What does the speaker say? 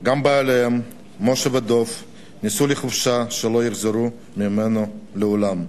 נסעו עם בעליהן משה ודב לחופשה שהם לא יחזרו ממנה לעולם.